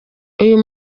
uyu